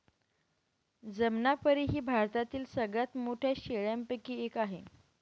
जमनापरी ही भारतातील सगळ्यात मोठ्या शेळ्यांपैकी एक आहे